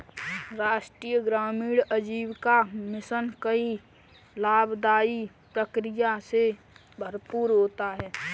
राष्ट्रीय ग्रामीण आजीविका मिशन कई लाभदाई प्रक्रिया से भरपूर होता है